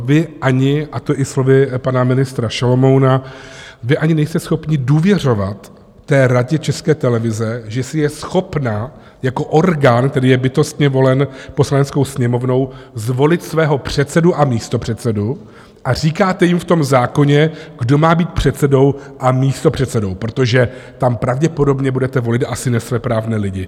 Vy ani, a to i slovy pana ministra Šalomouna, vy ani nejste schopni důvěřovat té Radě České televize, že si je schopna jako orgán, který je bytostně volen Poslaneckou sněmovnou, zvolit svého předsedu a místopředsedou, a říkáte jim v tom zákoně, kdo má být předsedou a místopředsedou, protože tam pravděpodobně budete volit asi nesvéprávné lidi.